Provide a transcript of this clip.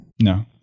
No